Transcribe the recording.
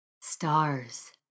stars